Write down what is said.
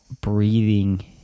breathing